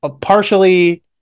partially